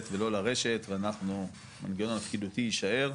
ולא לרשת ואנחנו הדרג הפקידותי יישאר.